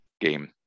game